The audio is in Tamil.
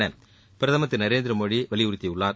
என பிரதமர் திரு நரேந்திர மோடி வலியுறுத்தியுள்ளார்